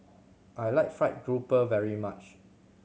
I like fried grouper very much